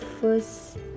first